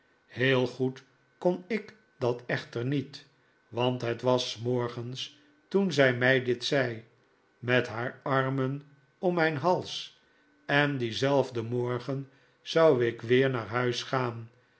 heel goed kon ik dat echter niet want het was s morgens toen zij mij dit zei met haar armen om mijn hals en dienzelfden morgen zou ik weer naar huis gaan